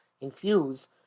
infuse